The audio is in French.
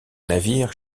navires